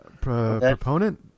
Proponent